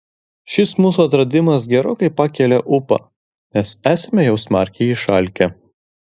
šis mūsų atradimas gerokai pakelia ūpą nes esame jau smarkiai išalkę